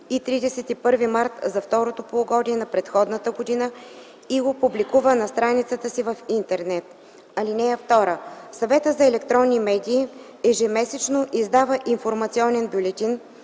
и 31 март за второто полугодие на предходната година и го публикува на страницата си в Интернет. (2) Съветът за електронни медии ежемесечно издава информационен бюлетин,